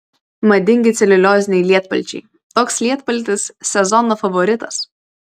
madingi celiulioziniai lietpalčiai toks lietpaltis sezono favoritas